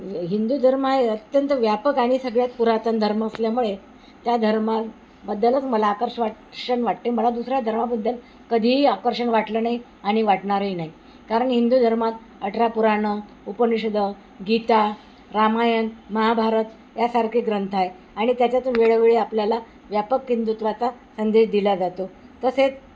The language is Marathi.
हिंदू धर्म आहे अत्यंत व्यापक आणि सगळ्यात पुरातन धर्म असल्यामुळे त्या धर्माबद्दलच मला आकर्ष वा षण वाटते मला दुसऱ्या धर्माबद्दल कधीही आकर्षण वाटलं नाही आणि वाटणारही नाही कारण हिंदू धर्मात अठरा पुराणं उपनिषदं गीता रामायण महाभारत यासारखे ग्रंथ आहे आणि त्याच्यातून वेळोवेळी आपल्याला व्यापक हिंदुत्वाचा संदेश दिला जातो तसेच